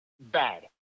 bad